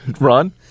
Ron